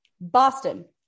Boston